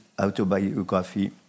autobiography